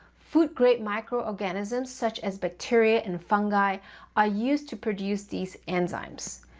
food-grade microorganisms such as bacteria and fungi are used to produce these enzymes.